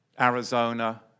Arizona